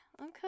okay